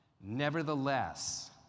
Nevertheless